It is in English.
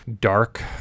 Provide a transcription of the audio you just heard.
dark